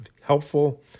helpful